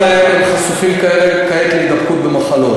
אך כל משחטה ששמעה שהפעילים עוקבים אחרי המשאית סירבה לקבל את